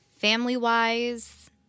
family-wise